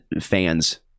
fans